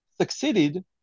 succeeded